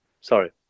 Sorry